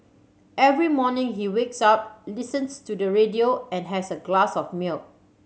every morning he wakes up listens to the radio and has a glass of milk